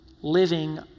living